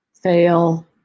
fail